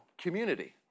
community